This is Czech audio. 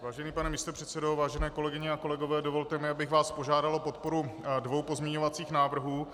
Vážený pane místopředsedo, vážené kolegyně a kolegové, dovolte mi, abych vás požádal o podporu dvou pozměňovacích návrhů.